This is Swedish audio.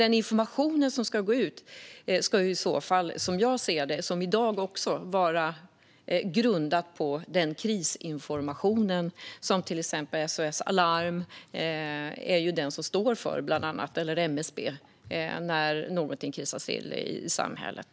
Den information som ska gå ut ska ju, som jag ser det, precis som i dag vara grundad på den krisinformation som bland annat SOS Alarm och MSB står för när något krisar i samhället.